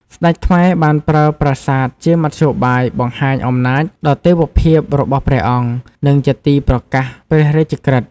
ស្ដេចខ្មែរបានប្រើប្រាសាទជាមធ្យោបាយបង្ហាញអំណាចដ៏ទេវភាពរបស់ព្រះអង្គ និងជាទីប្រកាសព្រះរាជក្រឹត្យ។